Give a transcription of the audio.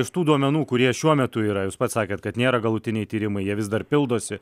iš tų duomenų kurie šiuo metu yra jūs pats sakėt kad nėra galutiniai tyrimai jie vis dar pildosi